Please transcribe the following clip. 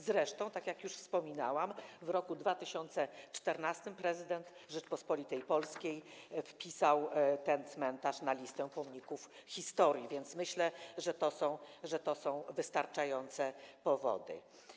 Zresztą, jak już wspominałam, w roku 2014 prezydent Rzeczypospolitej Polskiej wpisał ten cmentarz na listę pomników historii, więc myślę, że to są wystarczające powody.